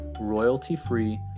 royalty-free